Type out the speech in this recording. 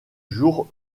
jour